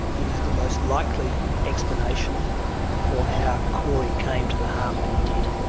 it is the most likely explanation for how corey came to the harm that he did.